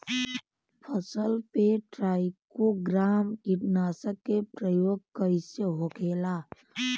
फसल पे trichogramma कीटनाशक के प्रयोग कइसे होखेला?